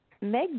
Meg